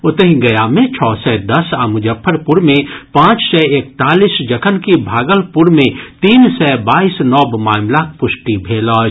ओतहि गया मे छओ सय दस आ मुजफ्फरपुर मे पांच सय एकतालिस जखनकि भागलपुर मे तीन सय बाईस नव मामिलाक पुष्टि भेल अछि